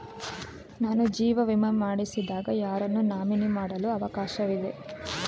ನಾನು ಜೀವ ವಿಮೆ ಮಾಡಿಸಿದಾಗ ಯಾರನ್ನು ನಾಮಿನಿ ಮಾಡಲು ಅವಕಾಶವಿದೆ?